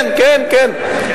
כן, כן, כן.